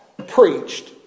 Preached